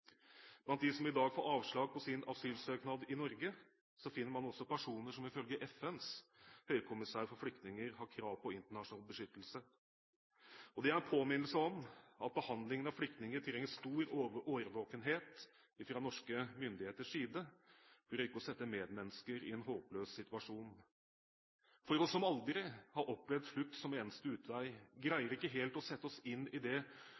Norge, finner man også personer som ifølge FNs høykommissær for flyktninger har krav på internasjonal beskyttelse. Det er en påminnelse om at behandlingen av flyktninger trenger stor årvåkenhet fra norske myndigheters side for ikke å sette medmennesker i en håpløs situasjon. Vi som aldri har opplevd flukt som eneste utvei, greier ikke helt å sette oss inn i det